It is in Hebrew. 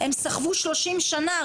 הם סחבו שלושים שנה,